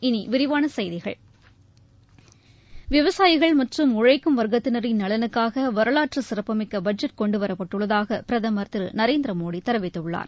இனி விரிவான செய்திகள் விவசாயிகள் மற்றும் உழைக்கும் வர்க்கத்தினரின் நலனுக்காக வரலாற்று சிறப்புமிக்க பட்ஜெட் கொண்டுவரப்பட்டுள்ளதாக பிரதமர் திரு நரேந்திர மோடி தெரிவித்துள்ளார்